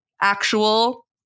actual